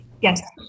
Yes